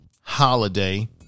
holiday